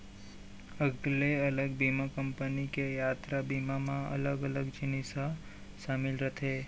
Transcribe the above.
अलगे अलग बीमा कंपनी के यातरा बीमा म अलग अलग जिनिस ह सामिल रथे